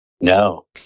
No